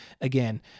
again